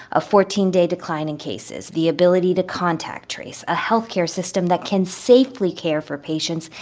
a fourteen day decline in cases, the ability to contact trace, a health care system that can safely care for patients,